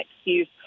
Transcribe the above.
excuse